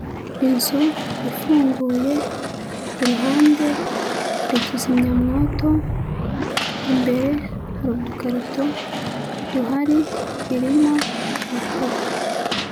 Inzu ifunguye, ku ruhande hari kizimyamwoto, imbere hari udukarito duhari, irimo amakaro.